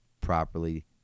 properly